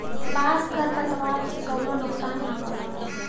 बांस के खर पतवार से कउनो नुकसान ना होला